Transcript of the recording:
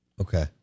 Okay